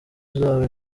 uzaba